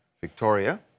Victoria